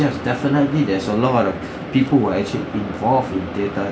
definitely there's a lot of people who are actually involved in theatre